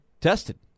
tested